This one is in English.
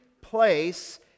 place